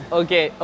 okay